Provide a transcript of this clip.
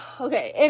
Okay